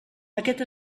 aquest